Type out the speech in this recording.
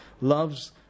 loves